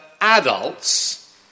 adults